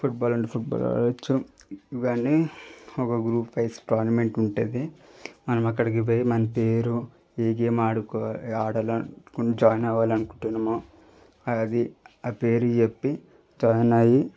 football అంటే football ఆడచ్చు ఇవన్నీ ఒక గ్రూప్వైస్ టోర్నమెంట్ ఉంటుంది మనం అక్కడికి పోయి మన పేరు ఏ గేమ్ ఆడుకో ఆడాలి జాయిన్ అవ్వాలనుకుంటునామో అది ఆ పేరు చెప్పి జాయిన్ అయ్యి